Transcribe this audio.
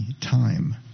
time